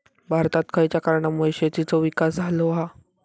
भारतात खयच्या कारणांमुळे शेतीचो विकास झालो हा?